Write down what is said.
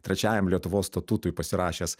trečiajam lietuvos statutui pasirašęs